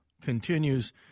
continues